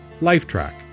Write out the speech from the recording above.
Lifetrack